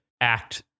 act